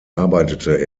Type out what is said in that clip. arbeitete